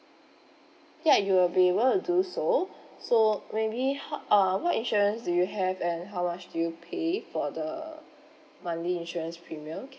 ya you will be able to do so so maybe ho~ uh what insurance do you have and how much do you pay for the monthly insurance premium c~